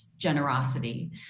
generosity